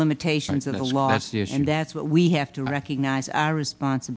limitations of the last years and that's what we have to recognize our response